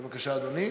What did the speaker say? בבקשה, אדוני,